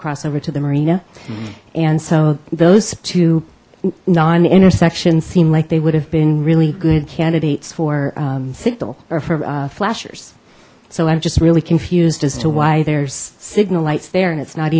cross over to the marina and so those two non intersections seem like they would have been really good candidates for signal or for flashers so i'm just really confused as to why there's signal lights there and it's not